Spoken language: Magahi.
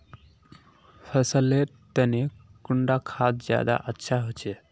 फसल लेर तने कुंडा खाद ज्यादा अच्छा होचे?